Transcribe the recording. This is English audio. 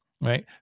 right